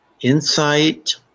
insight